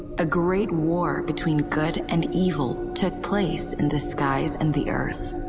a great war between good and evil took place in the skies and the earth.